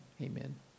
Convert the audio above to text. amen